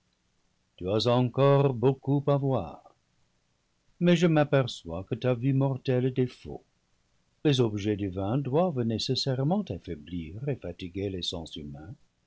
tu as encore beaucoup à voir mais je m'aperçois que ta vue mortelle défaut les ob jets divins doivent nécessairement affaiblir et fatiguer les sens humains